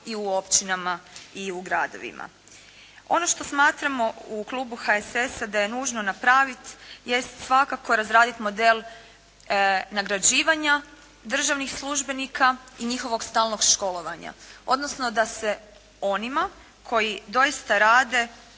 i u općinama i u gradovima. Ono što smatramo u klubu HSS-a da je nužno napraviti jest svakako razraditi model nagrađivanja državnih službenika i njihovog stalnog školovanja, odnosno da se onima koji doista rade